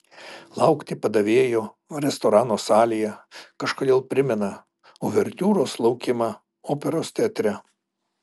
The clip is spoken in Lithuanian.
laukti padavėjo restorano salėje kažkodėl primena uvertiūros laukimą operos teatre